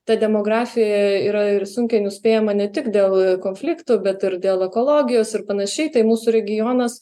ta demografija yra ir sunkiai nuspėjama ne tik dėl konfliktų bet ir dėl ekologijos ir panašiai tai mūsų regionas